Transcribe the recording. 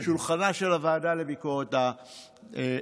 על שולחנה של הוועדה לביקורת המדינה,